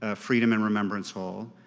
ah freedom and remembrance hall,